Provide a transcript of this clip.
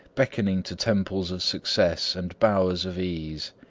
beckoning to temples of success and bowers of ease.